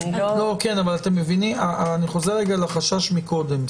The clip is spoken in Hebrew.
אני חוזר רגע לחשש מקודם.